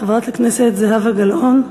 חברת הכנסת זהבה גלאון.